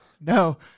No